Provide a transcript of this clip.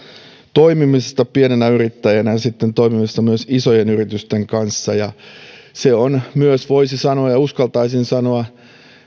toimimisesta pienenä yrittäjänä ja sitten toimimisesta myös isojen yritysten kanssa ja se on myös voisi sanoa ja uskaltaisin sanoa